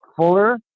fuller